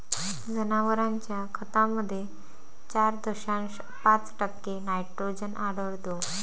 जनावरांच्या खतामध्ये चार दशांश पाच टक्के नायट्रोजन आढळतो